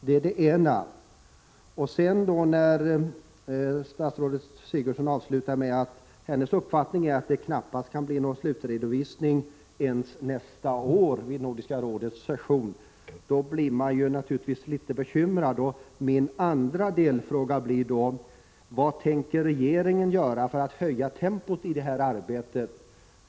Man blir naturligtvis litet bekymrad när statsrådet Sigurdsen avslutar med att säga att hennes uppfattning är att det knappast kan bli någon slutredovisning ens vid Nordiska rådets session nästa år. Min andra följdfråga blir då: Vad tänker regeringen göra för att höja tempot i det här arbetet?